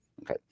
Okay